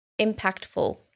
impactful